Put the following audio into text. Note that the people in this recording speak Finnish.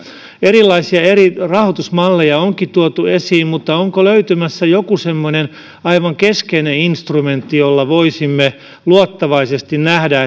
eri rahoitusmalleja onkin tuotu esiin mutta onko löytymässä joku semmoinen aivan keskeinen instrumentti jolla voisimme luottavaisesti nähdä